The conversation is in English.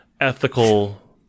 Ethical